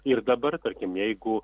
ir dabar tarkim jeigu